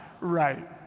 right